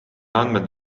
andmed